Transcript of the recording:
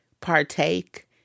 partake